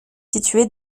située